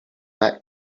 back